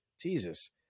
Jesus